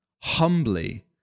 humbly